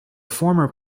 former